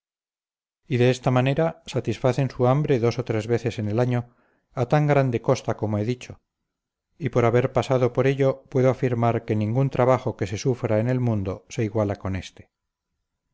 y de esta manera satisfacen su hambre dos o tres veces en el año a tan grande costa como he dicho y por haber pasado por ello puedo afirmar que ningún trabajo que se sufra en el mundo se iguala con éste